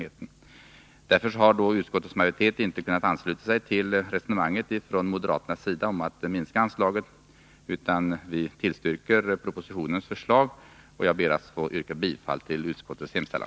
Därför har utskottsmajoriteten inte kunnat ansluta sig till det moderata resonemanget om att anslaget skall minskas, utan vi tillstyrker propositionens förslag. Jag ber att få yrka bifall till utskottets hemställan.